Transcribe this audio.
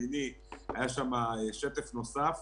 וב-8 היה שם שטף נוסף.